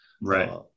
right